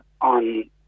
on